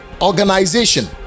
organization